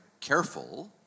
careful